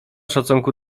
szacunku